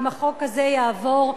אם החוק הזה יעבור,